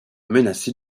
menacé